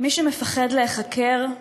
מי שמפחד להיחקר,